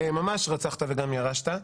ממש "רצחת וגם ירשת".